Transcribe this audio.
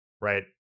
Right